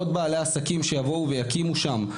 עוד בעלי עסקים שיבואו ויקימו שם.